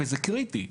וזה קריטי,